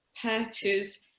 purchase